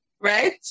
right